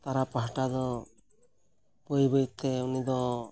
ᱛᱟᱨᱟ ᱯᱟᱦᱴᱟ ᱫᱚ ᱵᱟᱹᱭ ᱵᱟᱹᱭ ᱛᱮ ᱩᱱᱤ ᱫᱚ